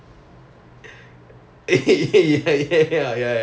definitely drama's the better choice ya